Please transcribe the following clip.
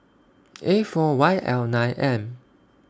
A four Y L nine M